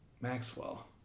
Maxwell